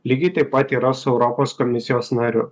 lygiai taip pat yra su europos komisijos nariu